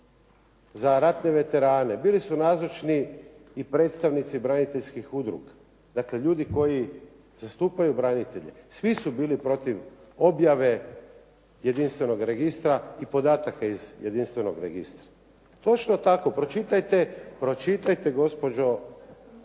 za ratne veterane bili su nazočni i predstavnici braniteljskih udruga. Dakle, ljudi koji zastupaju branitelje. Svi su bili protiv objave jedinstvenoga registra i podataka iz jedinstvenog registra. Točno tako pročitajte gospođo